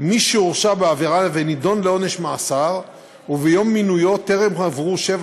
מי שהורשע בעבירה ונידון לעונש מאסר וביום מינויו טרם עברו שבע